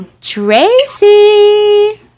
Tracy